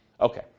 Okay